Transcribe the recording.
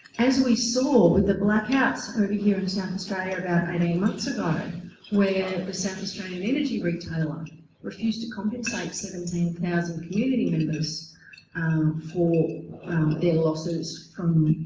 as we saw with the blackouts over here in south australia about eighteen months ago where the south australian energy retailer refused to compensate seventeen thousand community members for their losses from